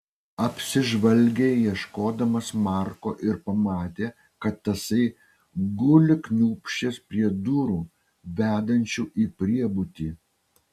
apsižvalgė ieškodamas marko ir pamatė kad tasai guli kniūbsčias prie durų vedančių į priebutį